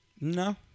No